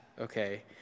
okay